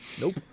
Nope